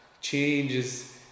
changes